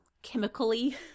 chemically